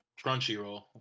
Crunchyroll